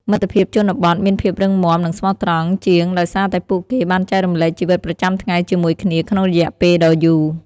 មិត្តភាពជនបទមានភាពរឹងមាំនិងស្មោះត្រង់ជាងដោយសារតែពួកគេបានចែករំលែកជីវិតប្រចាំថ្ងៃជាមួយគ្នាក្នុងរយៈពេលដ៏យូរ។